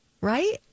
Right